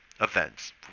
events